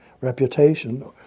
reputation